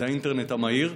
זה, האינטרנט המהיר.